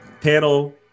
panel